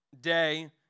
day